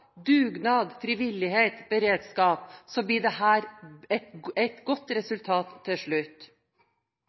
dugnad, frivillighet og beredskap, blir det et godt resultat til slutt.